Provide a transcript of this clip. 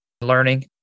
learning